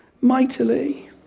mightily